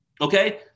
Okay